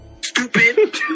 Stupid